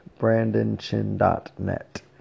brandonchin.net